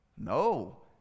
No